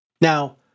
Now